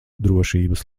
drošības